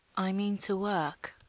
i mean to work,